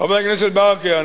חבר הכנסת ברכה,